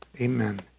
amen